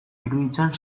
iruditzen